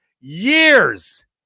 years